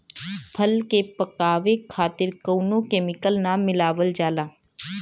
फल के पकावे खातिर कउनो केमिकल ना मिलावल जाला